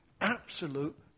absolute